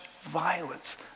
violence